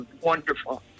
wonderful